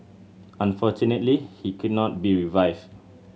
unfortunately he could not be revived